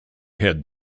head